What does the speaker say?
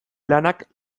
lanak